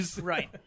right